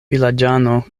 vilaĝano